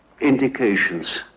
indications